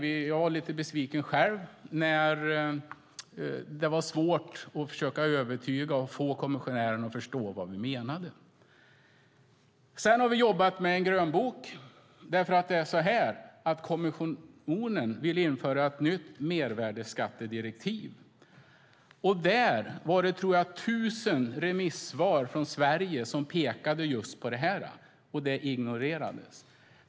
Själv var jag lite besviken när det var svårt att försöka övertyga och få kommissionären att förstå vad vi menar. Vidare har vi jobbat med en grönbok, för kommissionen vill införa ett nytt mervärdesskattedirektiv. Jag tror att det var tusen remissvar från Sverige där det pekades just på detta, men det ignorerades.